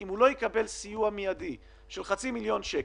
אם הוא לא יקבל סיוע מיידי של חצי מיליון שקל,